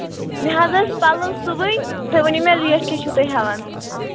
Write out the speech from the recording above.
مےٚ حظ ٲسۍ پَلو سُوٕنۍ تُہۍ ؤنِو مےٚ ریٹ کیٛاہ چھِو تُہۍ ہٮ۪وَان